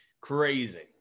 Crazy